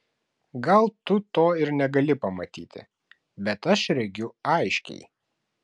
gal tu to ir negali pamatyti bet aš regiu aiškiai